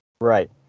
right